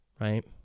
right